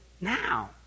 now